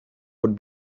would